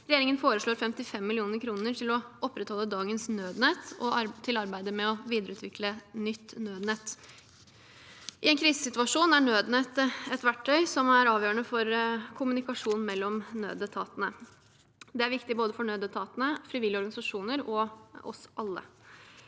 regjeringen foreslår 55 mill. kr til å opprettholde dagens nødnett og til arbeidet med å videreutvikle nytt nødnett. I en krisesituasjon er nødnett et avgjørende verktøy for kommunikasjonen mellom nødetatene. Det er viktig både for nødetatene, frivillige organisasjoner og oss alle.